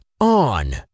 On